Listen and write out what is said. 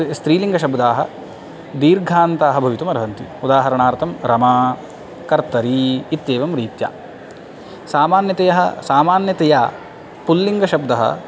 स्त्रीलिङ्गशब्दाः दीर्घान्ताः भवितुम् अर्हन्ति उदाहरणार्थं रमा कर्तरी इत्येवं रीत्या सामान्यतया सामान्तया पुल्लिङ्गशब्दः